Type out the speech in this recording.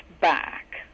back